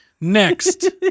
Next